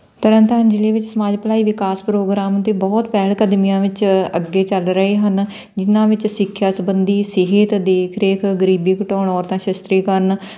ਤਰਨ ਤਾਰਨ ਜ਼ਿਲ੍ਹੇ ਵਿੱਚ ਸਮਾਜ ਭਲਾਈ ਵਿਕਾਸ ਪ੍ਰੋਗਰਾਮ ਅਤੇ ਬਹੁਤ ਪਹਿਲ ਕਦਮੀਆਂ ਵਿੱਚ ਅੱਗੇ ਚੱਲ ਰਹੇ ਹਨ ਜਿਹਨਾਂ ਵਿੱਚ ਸਿੱਖਿਆ ਸੰਬੰਧੀ ਸਿਹਤ ਦੇਖ ਰੇਖ ਗਰੀਬੀ ਘਟਾਉਣ ਔਰਤਾਂ ਸ਼ਸਤਰੀਕਰਨ